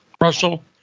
Russell